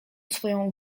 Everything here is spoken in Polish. swoją